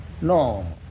No